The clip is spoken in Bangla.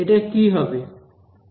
এটা কি হবে